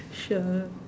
sure